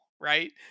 right